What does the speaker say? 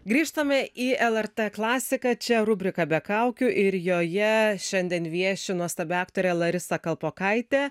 grįžtame į lrt klasiką čia rubrika be kaukių ir joje šiandien vieši nuostabi aktorė larisa kalpokaitė